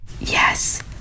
Yes